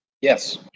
Yes